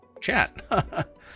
chat